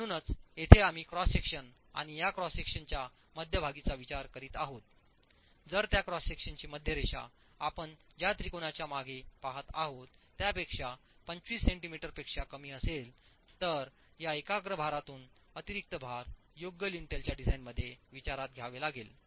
म्हणून येथे आम्ही क्रॉस सेक्शन आणि या क्रॉस सेक्शनच्या मध्यभागीचा विचार करीत आहोत जर त्या क्रॉस सेक्शनची मध्यरेषा आपण ज्या त्रिकोणाच्या मागे पाहत आहोत त्यापेक्षा 25 सेंटीमीटरपेक्षा कमी असेलतरया एकाग्र भारातून अतिरिक्त भार योग्य लिंटेलच्या डिझाइनमध्ये विचारात घ्यावे लागेल